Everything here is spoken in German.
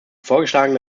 vorgeschlagene